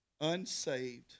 Unsaved